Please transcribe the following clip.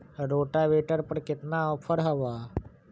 Rotavator पर केतना offer हव?